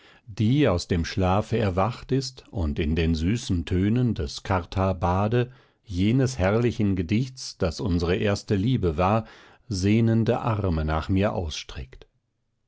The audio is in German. die aus dem schlafe erwacht ist und in den süßen tönen des chartah bhade jenes herrlichen gedichts das unsere erste liebe war sehnende arme nach mir ausstreckt